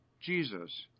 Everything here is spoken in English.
Jesus